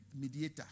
mediator